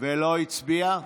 ולא הצביע?